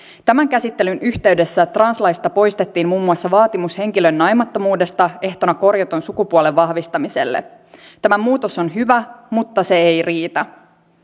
tämän käsittelyn yhteydessä translaista poistettiin muun muassa vaatimus henkilön naimattomuudesta ehtona korjatun sukupuolen vahvistamiselle tämä muutos on hyvä mutta se ei riitä